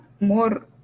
more